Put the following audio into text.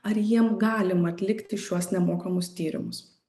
ar jiem galima atlikti šiuos nemokamus tyrimus